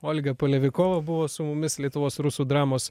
olga polevikova buvo su mumis lietuvos rusų dramos